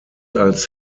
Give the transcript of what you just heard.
als